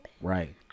Right